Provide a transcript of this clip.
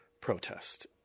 protest